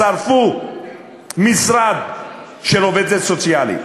שרפו משרד של עובדת סוציאלית.